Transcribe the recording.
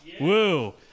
Woo